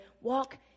walk